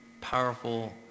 powerful